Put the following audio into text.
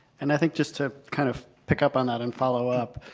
and i think just to kind of pick up on that and follow up,